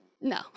No